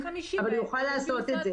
אבל הוא יוכל לעשות את זה.